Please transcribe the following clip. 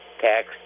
tax